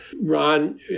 Ron